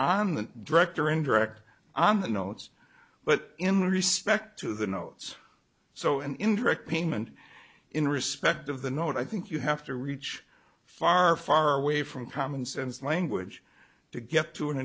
on the direct or indirect on the notes but in respect to the notes so in indirect payment in respect of the note i think you have to reach far far away from common sense language to get t